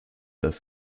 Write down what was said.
dass